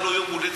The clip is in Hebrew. בוא נתחיל,